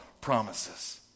promises